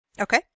Okay